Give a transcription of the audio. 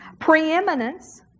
Preeminence